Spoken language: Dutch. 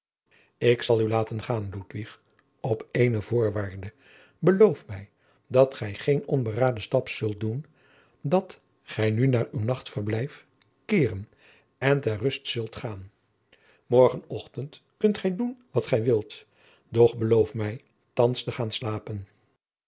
ik zal u laten gaan ludwig op eene voorwaarde beloof mij dat gij geen onberaden stap zult doen dat gij nu naar uw nachtverblijf keeren jacob van lennep de pleegzoon en ter rust zult gaan morgen ochtend kunt gij doen wat gij wilt doch beloof mij thands te gaan slapen